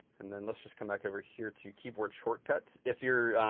and then let's just come back over here to keyboard shortcuts. if you're,